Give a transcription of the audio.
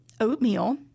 oatmeal